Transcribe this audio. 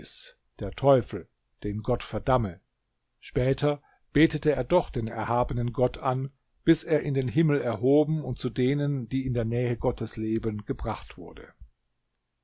der teufel den gott verdamme später betete er doch den erhabenen gott an bis er in den himmel erhoben und zu denen die in der nähe gottes leben gebracht wurde